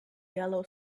yellow